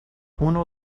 uno